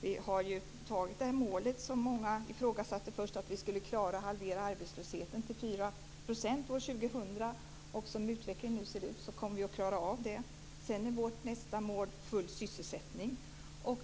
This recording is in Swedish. Vi har nu antagit det mål som många först ifrågasatte att vi skulle klara, nämligen att halvera arbetslösheten till 4 % till år 2000. Som utvecklingen nu ser ut kommer vi att klara av det. Sedan är vårt nästa mål full sysselsättning.